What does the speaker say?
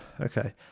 okay